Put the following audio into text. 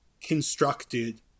constructed